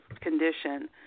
condition